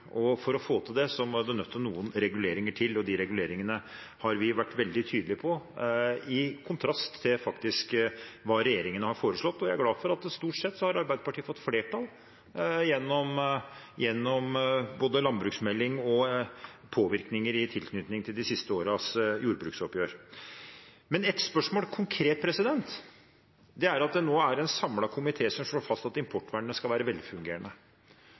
grunn. For å få til det må det også noen reguleringer til, og de reguleringene har vi vært veldig tydelige på – i kontrast til hva regjeringen faktisk har foreslått. Jeg er glad for at Arbeiderpartiet stort sett har fått flertall gjennom både landbruksmelding og påvirkning på de siste års jordbruksoppgjør. Et konkret spørsmål gjelder det at en samlet komité slår fast at importvernet skal være velfungerende.